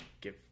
give